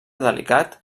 delicat